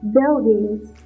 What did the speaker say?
Buildings